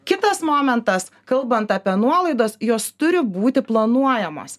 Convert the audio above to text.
kitas momentas kalbant apie nuolaidas jos turi būti planuojamos